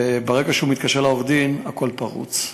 וברגע שהוא מתקשר לעורך-דין הכול פרוץ.